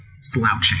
slouching